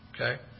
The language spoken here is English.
Okay